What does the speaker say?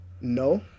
No